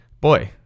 Boy